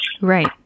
Right